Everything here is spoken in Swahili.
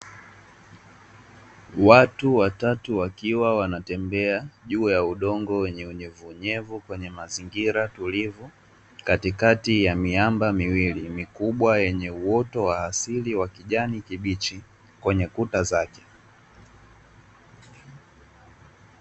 Watu watatu wakiwa wanatembea juu ya udongo wenye unyevuunyevu, kwenye mazingira tulivu katikati ya miamba miwili mikubwa yenye uoto wa asili wa kijani kibichi kwenye kuta zake.